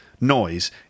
noise